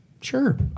Sure